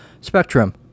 Spectrum